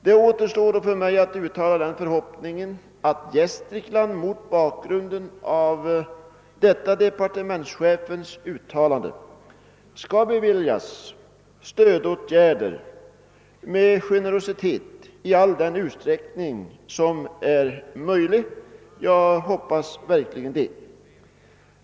Det återstår då för mig bara att uttala den förhoppningen, att Gästrikland mot bakgrunden av detta departementschefens uttalande skall i generös anda beviljas stödåtgärder i all den utsträckning som är möjlig. Jag hoppas verkligen att så blir fallet.